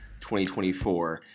2024